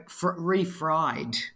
refried